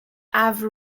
have